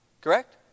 correct